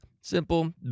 Simple